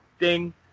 ding